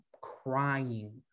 crying